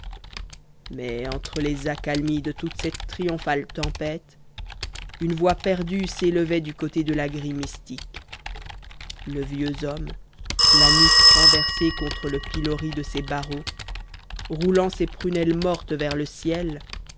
mais entre les accalmies de toute cette triomphale tempête une voix perdue s'élevait du côté de la grille mystique le vieux homme la nuque renversée contre le pilori de ses barreaux roulant ses prunelles mortes vers le ciel